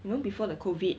you know before the COVID